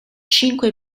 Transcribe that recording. cinque